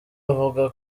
avuga